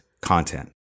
content